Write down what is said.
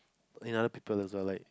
another people also like